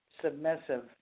submissive